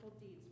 deeds